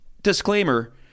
Disclaimer